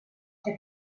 que